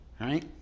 right